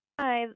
Hi